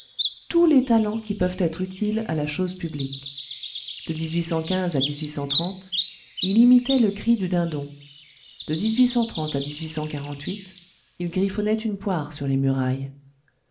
tous les talents qui peuvent être utiles à la chose publique de à il imitait le cri du dindon de à il griffonnait une poire sur les murailles